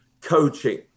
coaching